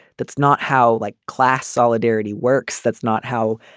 that's not how like class solidarity works. that's not how